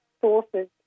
sources